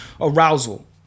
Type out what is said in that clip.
arousal